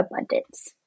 abundance